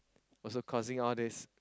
also causing all these